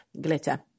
glitter